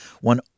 one